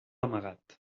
amagat